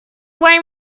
why